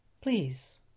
Please